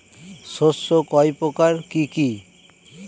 শস্য কয় প্রকার কি কি?